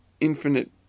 infinite